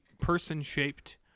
person-shaped